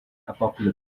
apocalypse